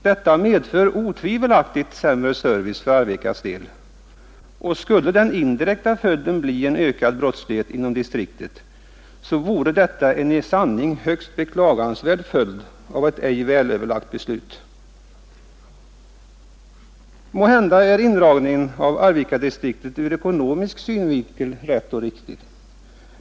Detta medför otvivelaktigt sämre service för Arvikas del, och skulle den indirekta följden bli en ökad brottslighet inom distriktet så vore detta en i sanning högst beklagansvärd följd av ett ej välöverlagt beslut. Måhända är indragningen av Arvikadistriktet ur ekonomisk synvinkel rätt och riktigt.